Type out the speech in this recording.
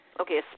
Okay